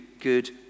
good